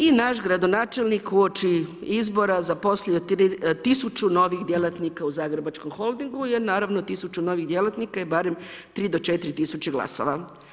I naš gradonačelnik uoči izbora zaposlio 1000 novih djelatnika u Zagrebačkom holdingu, jer naravno 1000 novih djelatnika je barem 3 do 4000 glasova.